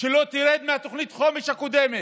שלא תרד מתוכנית החומש הקודמת,